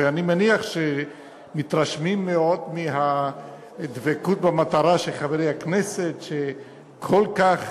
ואני מניח שמתרשמים מאוד מהדבקות במטרה של חברי הכנסת שכל כך